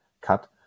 cut